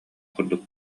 курдук